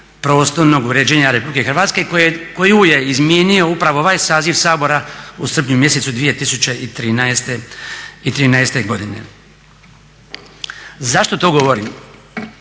prostornog uređenja RH koju je izmijenio upravo ovaj saziv Sabora u srpnju mjesecu 2013. godine. Zašto to govorim?